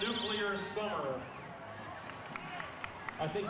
nuclear i think